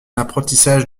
apprentissage